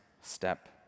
step